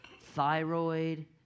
Thyroid